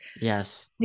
yes